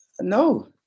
no